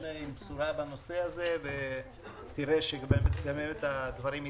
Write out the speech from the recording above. המשנה עם בשורה בנושא הזה ונראה באמת הדברים יתבצעו.